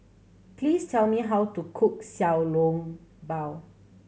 please tell me how to cook Xiao Long Bao